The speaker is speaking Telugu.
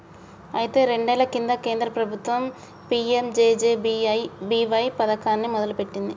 అయితే రెండేళ్ల కింద కేంద్ర ప్రభుత్వం పీ.ఎం.జే.జే.బి.వై పథకాన్ని మొదలుపెట్టింది